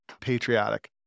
patriotic